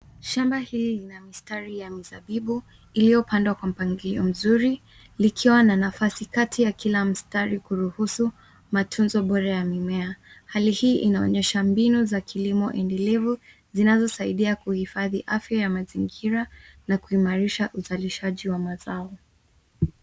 Shamba hili lina mistari ya mizabibu iliyopandwa kwa mpangilio mzuri likiwa na nafasi kati ya kila mstari kuruhusu matunzo bora ya mimea. Hali hii inaonyesha mbinu za kilimo endelevu zinazosaidia kuhifadhi afya ya mazingira na kuimarisha uzalishaji wa mazao.